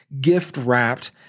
gift-wrapped